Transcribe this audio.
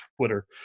twitter